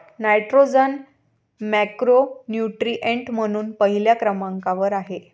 nitrogen macronutrient म्हणून पहिल्या क्रमांकावर आहे